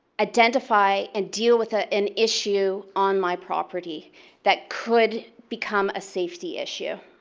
identify and deal with ah an issue on my property that could become a safety issue.